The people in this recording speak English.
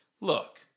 Look